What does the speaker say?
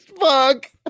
fuck